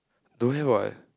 don't have what